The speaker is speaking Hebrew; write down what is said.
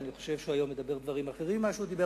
ואני חושב שהיום הוא מדבר דברים אחרים ממה שהוא דיבר,